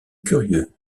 curieux